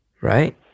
Right